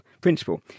principle